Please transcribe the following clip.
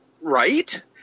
right